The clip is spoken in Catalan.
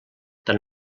tant